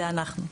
זה אנחנו.